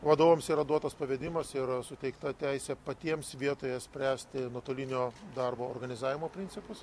vadovams yra duotas pavedimas ir suteikta teisė patiems vietoje spręsti nuotolinio darbo organizavimo principus